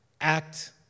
act